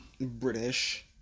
British